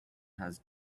has